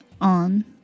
on